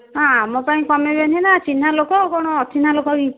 ହଁ ଆମ ପାଇଁ କମାଇବେନି ନା ଚିହ୍ନା ଲୋକ ଆଉ କ'ଣ ଅଚିହ୍ନା ଲୋକ କି